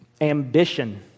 ambition